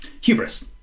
Hubris